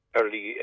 early